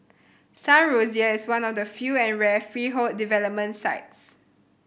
Sun Rosier is one of the few and rare freehold development sites